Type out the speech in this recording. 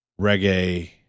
reggae